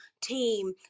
team